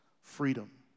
Freedom